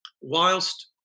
whilst